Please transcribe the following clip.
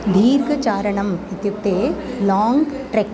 दीर्घचारणम् इत्युक्ते long trek